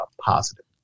positive